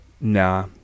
Nah